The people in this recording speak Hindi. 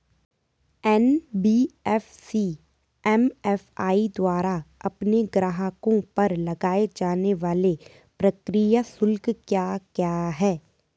एन.बी.एफ.सी एम.एफ.आई द्वारा अपने ग्राहकों पर लगाए जाने वाले प्रक्रिया शुल्क क्या क्या हैं?